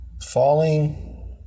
falling